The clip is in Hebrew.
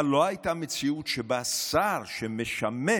אבל לא הייתה מציאות שבה שר שמשמש